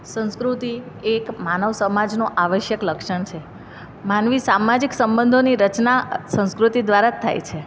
સંસ્કૃતિ એક માનવ સમાજનો આવશ્યક લક્ષણ છે માનવી સામાજિક સંબધોની રચના સંસ્કૃતિ દ્વારા જ થાય છે